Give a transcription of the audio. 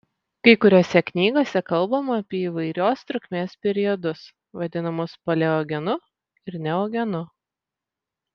kai kuriose knygose kalbama apie įvairios trukmės periodus vadinamus paleogenu ir neogenu